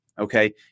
okay